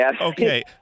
Okay